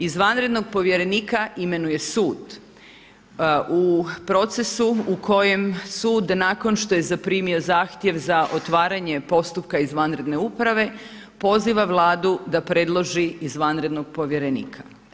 Izvanrednog povjerenika imenuje sud u procesu u kojem sud nakon što je zaprimio zahtjev za otvaranje postupka izvanredne uprave, poziva Vladu da predloži izvanrednog povjerenika.